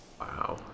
Wow